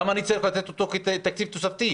למה אני צריך לתת אותו כתקציב תוספתי?